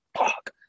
fuck